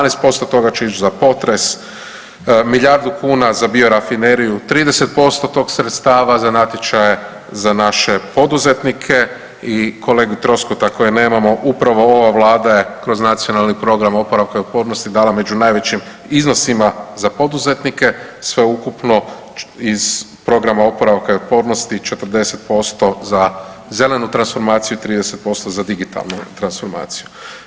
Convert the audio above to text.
12% toga će ići za potres, milijardu kuna za bio rafineriju, 30% tih sredstava za natječaje za naše poduzetnike i kolegu Troskota koje nemamo upravo ova Vlada je kroz Nacionalni program oporavka i otpornosti dala među najvećim iznosima za poduzetnike sveukupno iz Programa oporavka i otpornosti 40% za zelenu transformaciju, 30% za digitalnu transformaciju.